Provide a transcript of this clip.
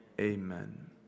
Amen